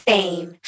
Fame